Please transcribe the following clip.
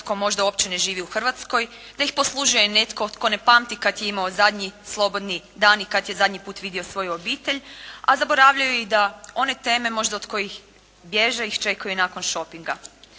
tko možda uopće ne živi u Hrvatskoj, da ih poslužuje netko tko ne pamti kada je imao zadnji slobodni dan i kada je zadnji puta vidio svoju obitelj. A zaboravljaju one teme možda od kojih bježe iščekuje nakon šopinga.